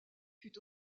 fut